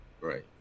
Right